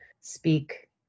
speak